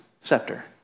scepter